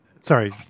sorry